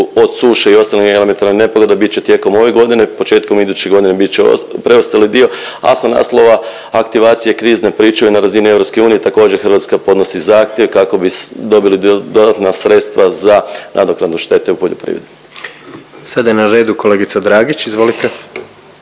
od suše i ostalih elementarnih nepogoda bit će tijekom ove godine, početkom iduće godine bit će preostali dio. A sa naslova aktivacije krizne pričuve na razini EU također Hrvatska podnosi zahtjev kako bi dobili dodatna sredstava za nadoknadu štete u poljoprivredi. **Jandroković, Gordan (HDZ)** Sada je na redu kolegica Dragić, izvolite.